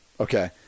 Okay